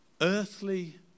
earthly